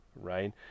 right